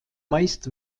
meist